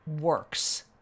works